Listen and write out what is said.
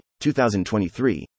2023